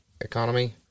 economy